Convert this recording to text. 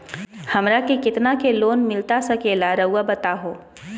हमरा के कितना के लोन मिलता सके ला रायुआ बताहो?